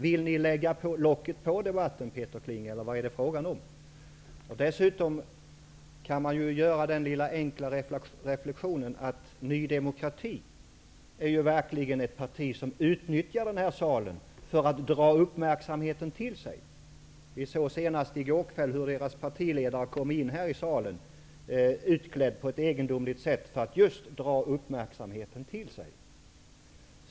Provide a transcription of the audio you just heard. Vill ni lägga locket på debatten, Peter Kling, eller vad är det fråga om? Dessutom kan man göra den enkla reflektionen att Ny demokrati ju verkligen är ett parti som utnyttjar den här kammaren för att dra uppmärkamheten till sig. Vi såg senast i går kväll när deras partiledare kom in här i kammaren utklädd på ett egendomligt sätt för att just dra uppmärksamheten till sig.